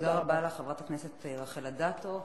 תודה רבה לחברת הכנסת רחל אדטו.